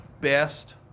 best